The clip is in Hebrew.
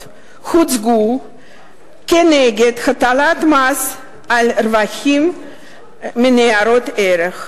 הוצגו כנגד הטלת מס על רווחים מניירות ערך.